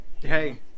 hey